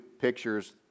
pictures